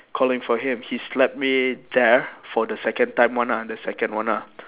calling for him he slapped me there for the second time one ah the second one ah